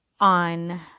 on